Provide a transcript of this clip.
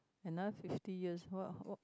another fifty years what